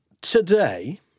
today